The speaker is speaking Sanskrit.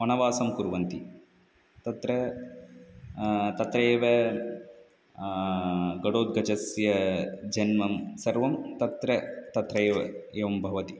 वनवासं कुर्वन्ति तत्र तत्रैव घटोत्कचस्य जन्मं सर्वं तत्र तत्रैव एवं भवति